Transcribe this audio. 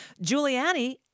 Giuliani